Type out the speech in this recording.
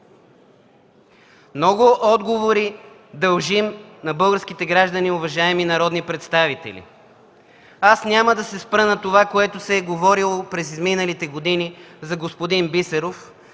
Много отговори дължим на българските граждани, уважаеми народни представители! Няма да се спирам на говореното през изминалите години за господин Бисеров,